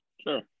Sure